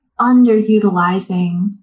underutilizing